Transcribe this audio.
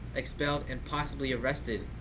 expelled, and possibly arrested.